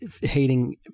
hating